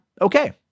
okay